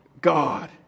God